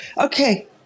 okay